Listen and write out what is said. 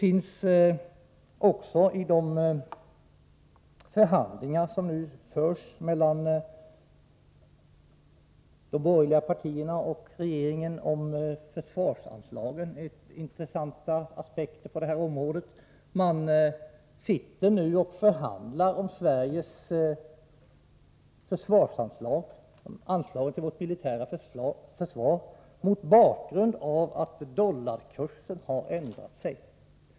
Intressanta aspekter kan i det avseendet noteras i de förhandlingar om försvarsanslaget som nu förs mellan de borgerliga partierna och regeringen. Man sitter och förhandlar om anslaget till vårt militära försvar mot bakgrund av att dollarkursen har ändrats.